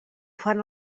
fan